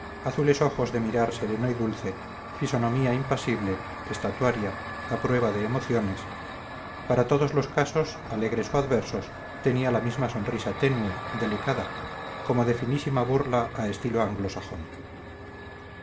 azules ojos de mirar sereno y dulce fisonomía impasible estatuaria a prueba de emociones para todos los casos alegres o adversos tenía la misma sonrisa tenue delicada como de finísima burla a estilo anglosajón